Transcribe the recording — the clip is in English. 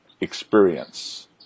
experience